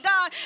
God